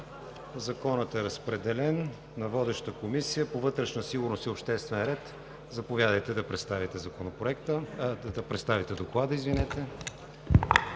Законът е разпределен на водещата Комисия по вътрешна сигурност и обществен ред. Заповядайте да представите Доклада.